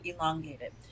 elongated